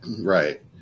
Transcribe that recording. Right